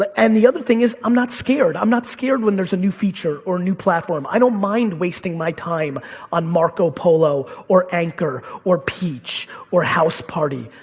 and the other thing is i'm not scared, i'm not scared when there's a new feature or a new platform. i don't mind wasting my time on marco polo or anchor or peach or house party,